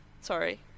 sorry